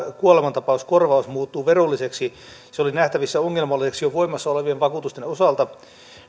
kuolemantapauskorvaus muuttuu verolliseksi se oli nähtävissä ongelmalliseksi jo voimassa olevien vakuutusten osalta